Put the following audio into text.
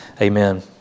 amen